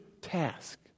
task